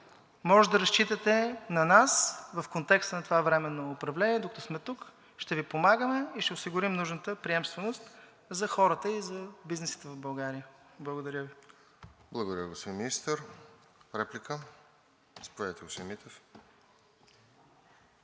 Може да разчитате на нас в контекста на това временно управление. Докато сме тук, ще Ви помагаме и ще осигурим нужната приемственост за хората и за бизнесите в България. Благодаря Ви. ПРЕДСЕДАТЕЛ РОСЕН ЖЕЛЯЗКОВ: Благодаря, господин Министър. Реплика? Заповядайте, господин Митев.